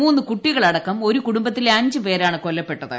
മൂന്ന് കുട്ടികൾ അടക്കം ഒരു കുടുംബത്തിലെ അഞ്ച് പേരാണ് കൊല്ലപ്പെട്ടത്